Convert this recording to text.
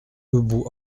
ubu